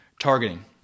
Targeting